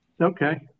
Okay